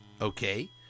Okay